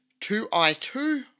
2i2